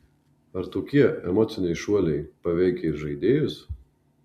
ar tokie emociniai šuoliai paveikia ir žaidėjus